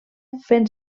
fent